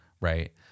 Right